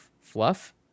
fluff